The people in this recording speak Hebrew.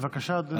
בבקשה, אדוני.